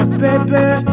baby